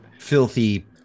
filthy